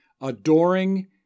adoring